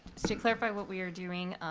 to clarify what we are doing,